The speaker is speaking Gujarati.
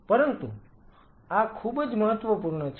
પરંતુ આ ભાગ ખૂબ જ મહત્વપૂર્ણ છે